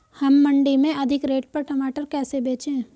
हम मंडी में अधिक रेट पर टमाटर कैसे बेचें?